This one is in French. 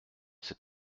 c’est